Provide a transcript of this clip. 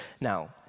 Now